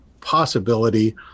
possibility